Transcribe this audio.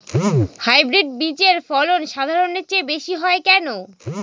Hybrid বীজের ফলন সাধারণের চেয়ে বেশী হয় কেনো?